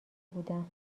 بودم